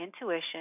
intuition